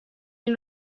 این